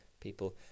people